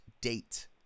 date